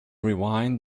rewind